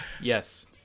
Yes